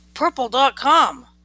Purple.com